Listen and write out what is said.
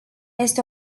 este